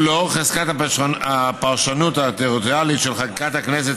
ולאור חזקת הפרשנות הטריטוריאלית של חקיקת הכנסת,